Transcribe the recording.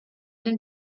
den